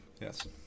Yes